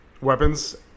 weapons